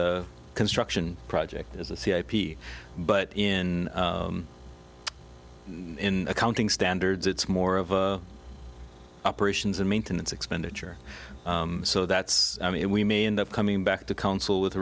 a construction project as a cia but in in accounting standards it's more of a operations and maintenance expenditure so that's i mean we may end up coming back to council with